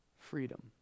Freedom